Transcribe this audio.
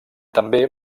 també